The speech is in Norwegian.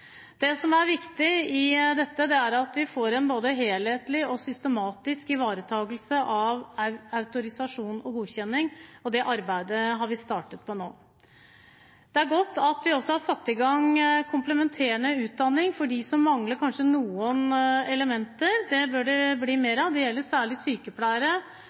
Det som er viktig i dette, er at vi får en både helhetlig og systematisk ivaretagelse av autorisasjon og godkjenning, og det arbeidet har vi startet på nå. Det er godt at vi også har satt i gang komplementerende utdanning for dem som kanskje mangler noen elementer. Det bør det bli mer av. Det gjelder særlig sykepleiere.